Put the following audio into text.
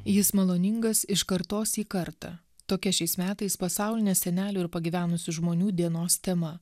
jis maloningas iš kartos į kartą tokia šiais metais pasaulinė senelių ir pagyvenusių žmonių dienos tema